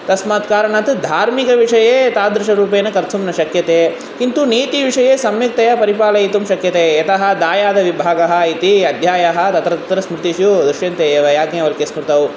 तस्मात् कारणात् धार्मिकविषये तादृशरूपेण कर्तुं न शक्यते किन्तु नीतिविषये सम्यक्तया परिपालयितुं शक्यते यतः दायादिविभागः इति अध्यायः तत्र तत्र स्मृतिषु दृश्यन्ते एव याज्ञवल्क्यस्मृतौ